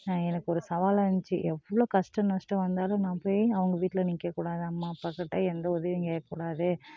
எனக்கொரு சவாலாக இருந்துச்சு எவ்வளோ கஷ்டம் நஷ்டம் வந்தாலும் நான் போய் அவங்க வீட்டில் நிற்கக்கூடாது அம்மா அப்பாக்கிட்டே எந்த உதவியும் கேட்கக்கூடாது